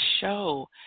show